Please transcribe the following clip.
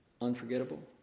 unforgettable